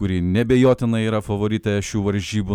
kuri neabejotinai yra favoritė šių varžybų